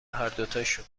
هردوتاشون